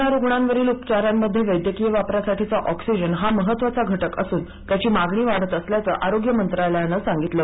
corona रुग्णांवरील उपचारांमध्ये वैद्यकीय वापरासाठीचा ऑक्सिजन हा महत्वाचा घटक असून त्याची मागणी वाढत असल्याचं आरोग्य मंत्रालयानं सांगितलं